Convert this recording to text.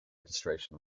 registration